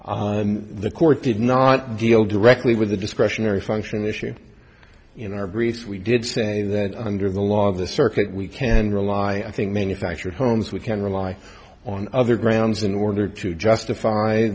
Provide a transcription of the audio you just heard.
the court did not deal directly with the discretionary function issue in our briefs we did say that under the law of the circuit we can rely think manufactured homes we can rely on other grounds in order to justify